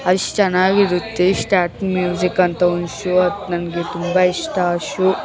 ಅಷ್ಟು ಚೆನ್ನಾಗಿರುತ್ತೆ start music ಅಂತ ಒಂದು ಶೋ ನನಗೆ ತುಂಬ ಇಷ್ಟ ಆ ಶೋ